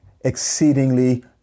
exceedingly